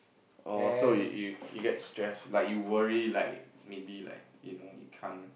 oh so you you you get stressed like you worry like maybe like you know you can't